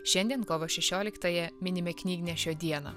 šiandien kovo šešioliktąją minime knygnešio dieną